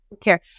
care